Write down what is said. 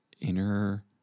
inner